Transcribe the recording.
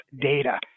data